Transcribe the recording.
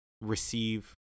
receive